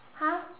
!huh!